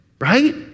right